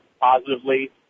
positively